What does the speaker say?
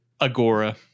Agora